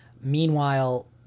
meanwhile